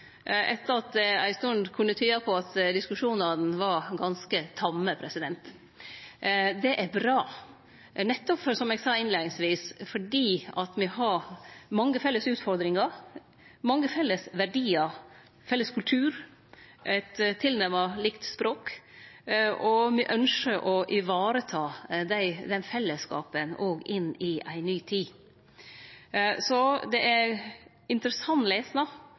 etter at det ei stund kunne tyde på at diskusjonane var ganske tamme. Det er bra, nettopp fordi me har, som eg sa innleiingsvis, mange felles utfordringar, mange felles verdiar, felles kultur, eit tilnærma likt språk, og me ynskjer å vareta den fellesskapen òg inn i ei ny tid. Det er interessant lesnad